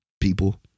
people